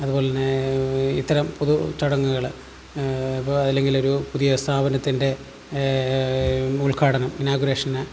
അതുപോലെതന്നെ ഇത്തരം പൊതു ചടങ്ങുകൾ ഇപ്പോൾ അല്ലെങ്കിലൊരു പുതിയ സ്ഥാപനത്തിൻ്റെ ഉൽഘാടനം ഇനാഗുറേഷന്